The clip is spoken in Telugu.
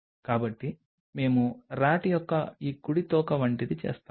కాబట్టి మేము RAT యొక్క ఈ కుడి తోక వంటిది చేస్తాము